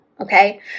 okay